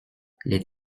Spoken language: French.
les